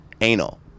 anal